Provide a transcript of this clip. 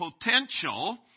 potential